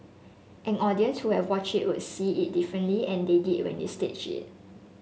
an audience who had watched it would see it differently and they did when we staged it